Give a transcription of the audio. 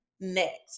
next